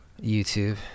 YouTube